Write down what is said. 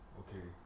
okay